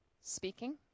speaking